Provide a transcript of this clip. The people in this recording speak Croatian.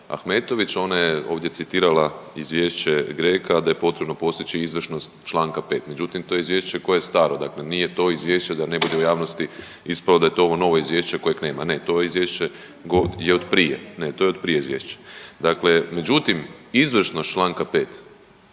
Ahmetović. Ona je ovdje citirala izvješće GRECO-a da je potrebno postići izvršnost čl. 5., međutim to je izvješće koje je staro, dakle nije to izvješće da ne bude u javnosti ispalo da je to ovo novo izvješće kojeg nema. Ne, to izvješće je od prije…/Upadica se iz klupe ne razumije/…ne, to je od prije izvješće. Dakle, međutim izvršnost čl. 5.,